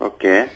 Okay